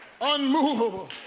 unmovable